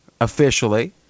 officially